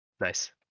Nice